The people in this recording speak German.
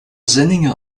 senninger